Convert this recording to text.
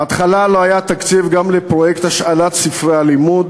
בהתחלה לא היה תקציב גם לפרויקט השאלת ספרי הלימוד,